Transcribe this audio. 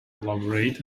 elaborate